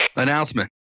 announcement